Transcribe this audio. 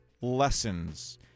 lessons